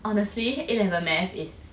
honestly A level math is